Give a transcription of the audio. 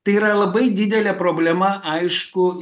tai yra labai didelė problema aišku